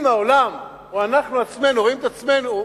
אם העולם, או אנחנו עצמנו רואים את עצמנו,